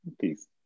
peace